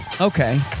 Okay